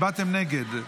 מתנגדים,